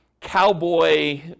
cowboy